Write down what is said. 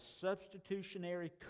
substitutionary